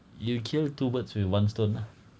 you kill two birds with one stone lah